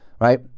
Right